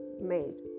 made